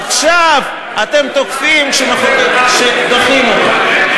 עכשיו אתם תוקפים כשדוחים אותו.